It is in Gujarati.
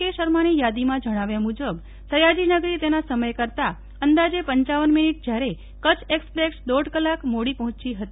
કે શર્માની યાદીમાં જણાવ્યા મુજબ સયાજીનગર તેના સમય કરતા અંદાજે પપ મિનીટ જયારે કરછ એકસપ્રેક્ષ દોઢ કલાક મોડી ભુજ પહોચી હતી